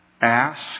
Ask